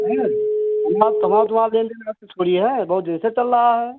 sir बढ़िया है बहुत देर से चल लहा है